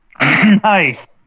Nice